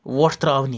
وۄٹھ ترٛاوٕنۍ